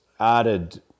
added